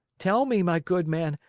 tell me, my good man,